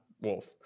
Wolf